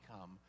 come